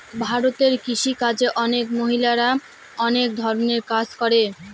ভারতে কৃষি কাজে অনেক মহিলারা অনেক ধরনের কাজ করে